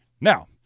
Now